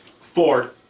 Four